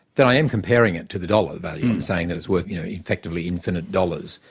then i am comparing it to the dollar value. i'm saying that it's worth, you know, effectively infinite dollars,